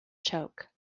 choke